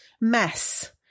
mess